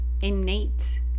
innate